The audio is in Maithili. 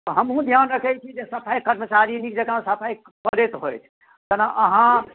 तऽ हमहूँ ध्यान रखैत छी जे सफाइ कर्मचारी नीक जँका सफाइ करैत होथि जेना अहाँ